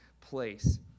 place